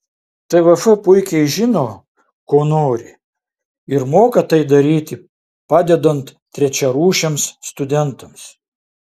tvf puikiai žino ko nori ir moka tai daryti padedant trečiarūšiams studentams